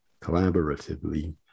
collaboratively